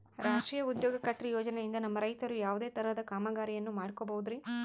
ರಾಷ್ಟ್ರೇಯ ಉದ್ಯೋಗ ಖಾತ್ರಿ ಯೋಜನೆಯಿಂದ ನಮ್ಮ ರೈತರು ಯಾವುದೇ ತರಹದ ಕಾಮಗಾರಿಯನ್ನು ಮಾಡ್ಕೋಬಹುದ್ರಿ?